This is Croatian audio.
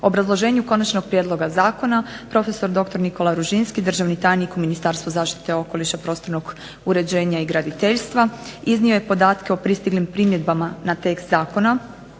obrazloženju konačnog prijedloga zakona prof.dr. Nikola Ružinski, državni tajnik u Ministarstvu zaštite okoliša, prostornog uređenja i graditeljstva iznio je podatke o pristiglim primjedbama na tekst zakona,